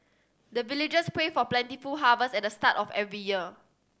the villagers pray for plentiful harvest at the start of every year